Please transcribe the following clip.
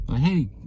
Hey